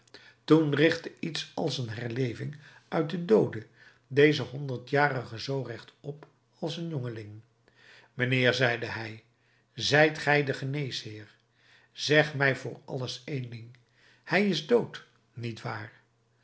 toen richtte iets als eene herleving uit den doode dezen honderdjarige zoo recht op als een jongeling mijnheer zeide hij zijt gij de geneesheer zeg mij voor alles één ding hij is dood niet waar